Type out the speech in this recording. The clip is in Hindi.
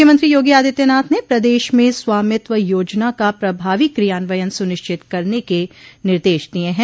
मुख्यमंत्री योगी आदित्यनाथ ने प्रदेश में स्वामित्व योजना का प्रभावी क्रियान्वयन सुनिश्चित करने के निर्देश दिये हैं